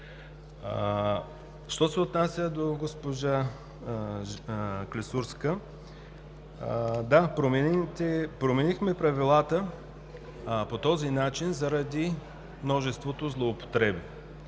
Що се отнася до госпожа Клисурска – да, променихме правилата по този начин, заради множеството злоупотреби.